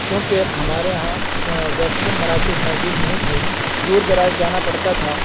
کیونکہ ہمارے یہاں ویکسین مراکز موجود نہیں تھے دور دراز جانا پڑتا تھا